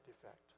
defect